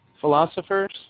Philosophers